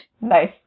nice